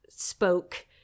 spoke